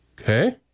Okay